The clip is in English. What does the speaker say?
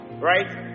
Right